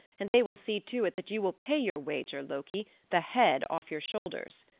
and they will see to it that you will pay your wager, loki, the head off your shoulders.